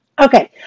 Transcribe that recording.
Okay